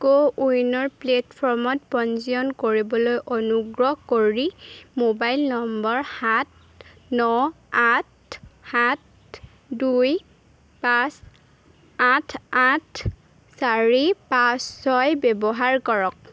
কৌ উইনৰ প্লে'টফৰ্মত পঞ্জীয়ন কৰিবলৈ অনুগ্ৰহ কৰি মোবাইল নম্বৰ সাত ন আঠ সাত দুই পাঁচ আঠ আঠ চাৰি পাঁচ ছয় ব্যৱহাৰ কৰক